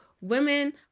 women